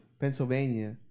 Pennsylvania